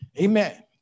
amen